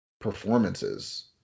performances